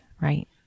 right